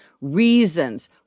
reasons